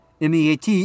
Meat